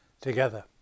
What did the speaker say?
together